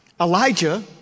Elijah